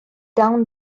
down